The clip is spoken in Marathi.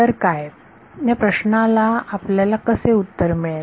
तर काय या प्रश्नाला आपल्याला कसे उत्तर मिळेल